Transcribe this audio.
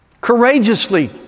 courageously